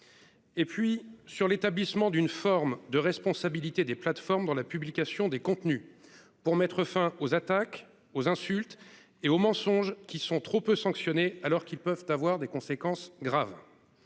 Et puis sur l'établissement d'une forme de responsabilité des plateformes dans la publication des contenus pour mettre fin aux attaques aux insultes et aux mensonges qui sont trop peu sanctionnée alors qu'ils peuvent avoir des conséquences graves.